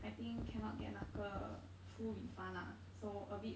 I think cannot get 那个 full refund ah so a bit